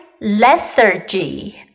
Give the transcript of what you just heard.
lethargy